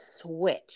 switch